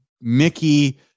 Mickey